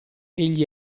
egli